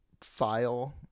file